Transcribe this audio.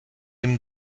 ihm